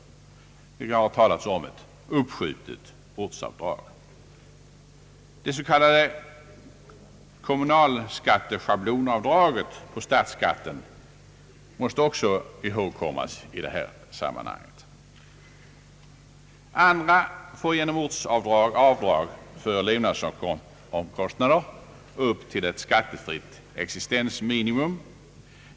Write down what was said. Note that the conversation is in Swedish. Det har talats om ett uppskjutet ortsavdrag. Det s.k. kommunalskatteschablonavdraget på statsskatten måste också ihågkommas i detta sammanhang. Andra får genom ortsavdragen avdrag för levnadsomkostnader upp till skattefritt existensminimum.